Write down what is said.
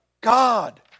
God